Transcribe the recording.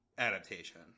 adaptation